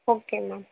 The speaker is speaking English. okay ma'am